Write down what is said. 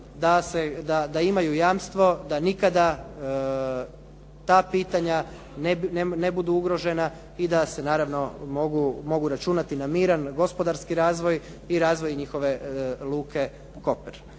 da imaju jamstvo da nikada ta pitanja ne budu ugrožena i da se naravno mogu računati na miran, gospodarski razvoj i razvoj njihove luke Koper.